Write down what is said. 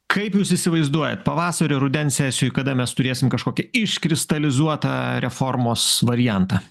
kaip jūs įsivaizduojat pavasario rudens sesijoj kada mes turėsim kažkokį iškristalizuotą reformos variantą